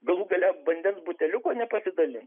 galų gale vandens buteliuko nepasidalins